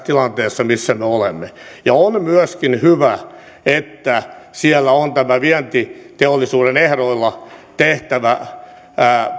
tilanteessa missä me olemme ja on myöskin hyvä että siellä on tämä vientiteollisuuden ehdoilla tehtävä